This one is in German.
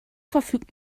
verfügt